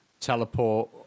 teleport